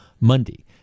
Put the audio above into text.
Monday